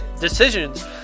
decisions